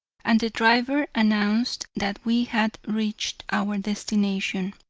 and the driver announced that we had reached our destination.